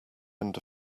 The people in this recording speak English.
end